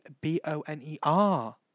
B-O-N-E-R